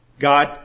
God